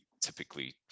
typically